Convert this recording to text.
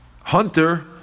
hunter